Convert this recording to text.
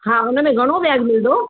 हा हुन में घणो व्याज मिलंदो